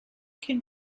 can